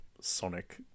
Sonic